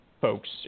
folks